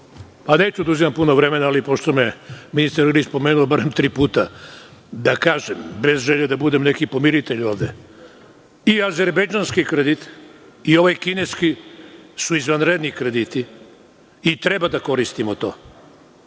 Neću da oduzimam puno vremena, ali pošto me je ministar Ilić pomenuo bar tri puta moram da kažem, bez želje da budem neki pomiritelj ovde, i azerbejdžanske kredite i ovaj kineski su izvanredni krediti i treba da koristimo to.